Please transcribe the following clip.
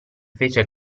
fece